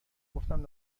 گفتم